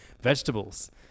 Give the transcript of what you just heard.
vegetables